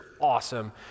awesome